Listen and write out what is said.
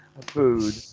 food